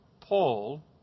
Paul